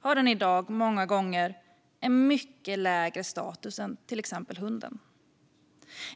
har den i dag många gånger en mycket lägre status än till exempel hunden.